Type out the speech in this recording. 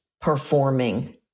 Performing